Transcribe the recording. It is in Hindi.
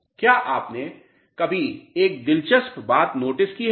क्या आपने कभी एक दिलचस्प बात नोटिस की है